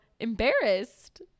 embarrassed